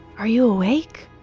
are you awake?